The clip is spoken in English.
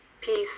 Peace